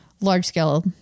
large-scale